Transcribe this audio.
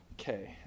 Okay